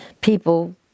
people